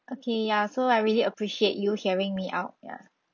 okay ya so I really appreciate you hearing me out ya